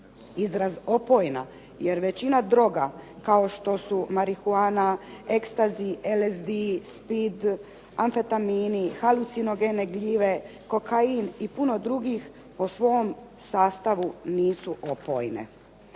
izraz opojna, jer većina droga, kao što su marihuana, ecstasy, LSD, speed, amfetamini, halucinogene gljive, kokain i puno drugih po svom sastavu nisu opojne.